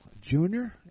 junior